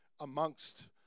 amongst